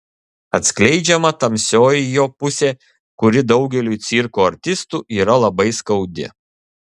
atskleidžiama tamsioji jo pusė kuri daugeliui cirko artistų yra labai skaudi